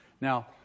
Now